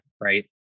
right